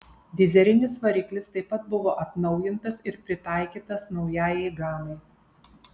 dyzelinis variklis taip pat buvo atnaujintas ir pritaikytas naujajai gamai